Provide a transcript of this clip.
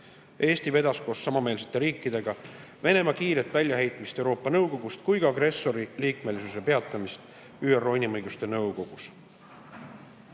Eesti vedas koos samameelsete riikidega eest nii Venemaa kiiret väljaheitmist Euroopa Nõukogust kui ka agressori liikmesuse peatamist ÜRO Inimõiguste Nõukogus.